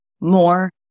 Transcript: more